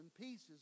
pieces